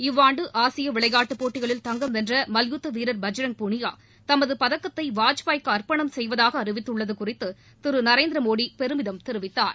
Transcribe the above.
இவ்வாண்டு ஆசிய விளையாட்டுப் போட்டிகளில் தங்கம் வென்ற மல்யுத்த வீரர் பஜ்ரங் புனியா தமது பதக்கத்தை வாஜ்பாய் க்கு அர்ப்பணம் செய்வதாக அறிவித்துள்ளது குறித்து திரு நரேந்திரமோடி பெருமிதம் தெரிவித்தார்